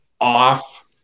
off